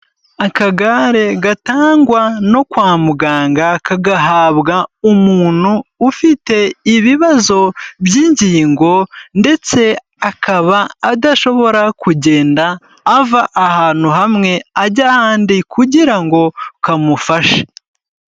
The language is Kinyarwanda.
Akagare gatangwa no kwa muganga kagahabwa umuntu ufite ibibazo by'ingingo ndetse akaba adashobora kugenda ava ahantu hamwe ajya ahandi kugira ngo kamufashe.